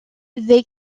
they